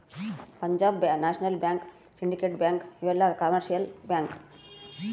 Punjab national bank syndicate bank ಇವೆಲ್ಲ commercial bank